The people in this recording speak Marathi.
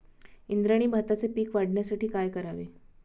इंद्रायणी भाताचे पीक वाढण्यासाठी काय करावे?